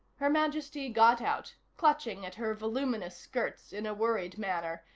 her majesty got out, clutching at her voluminous skirts in a worried manner,